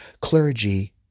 clergy